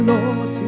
Lord